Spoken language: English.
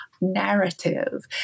narrative